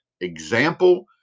example